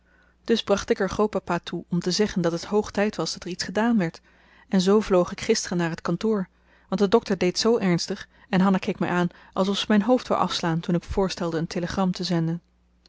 dus bracht ik er grootpapa toe om te zeggen dat het hoog tijd was dat er iets gedaan werd en zoo vloog ik gisteren naar het kantoor want de dokter deed zoo ernstig en hanna keek mij aan alsof ze mijn hoofd wou afslaan toen ik voorstelde een telegram te zenden